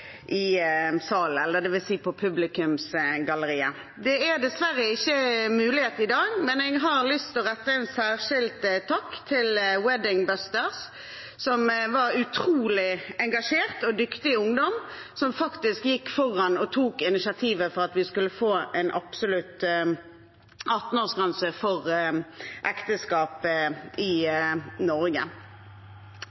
på publikumsgalleriet. Det er dessverre ikke mulighet for det i dag, men jeg har lyst til å rette en særskilt takk til Wedding Busters, utrolig engasjert og dyktig ungdom, som gikk foran og tok initiativ til at vi skulle få en absolutt 18-årsgrense for ekteskap i